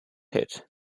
hit